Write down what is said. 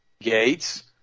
Gates